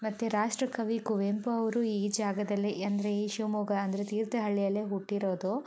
ಮತ್ತೆ ರಾಷ್ಟ್ರಕವಿ ಕುವೆಂಪು ಅವರು ಈ ಜಾಗದಲ್ಲಿ ಅಂದರೆ ಈ ಶಿವಮೊಗ್ಗ ಅಂದರೆ ತೀರ್ಥಹಳ್ಳಿಯಲ್ಲೇ ಹುಟ್ಟಿರೋದು